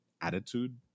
attitude